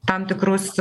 tam tikrus